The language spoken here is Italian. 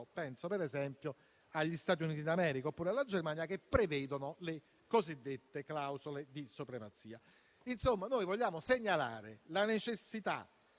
Penso, per esempio, agli Stati Uniti d'America oppure alla Germania, che prevedono le cosiddette clausole di supremazia. Insomma, vogliamo segnalare la necessità